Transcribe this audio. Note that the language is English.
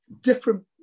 different